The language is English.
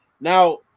now